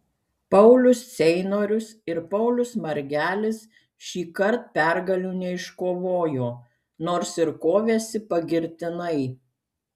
paulius ceinorius ir paulius margelis šįkart pergalių neiškovojo nors ir kovėsi pagirtinai